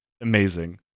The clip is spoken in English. Amazing